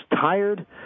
tired